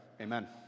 Amen